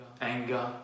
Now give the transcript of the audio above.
anger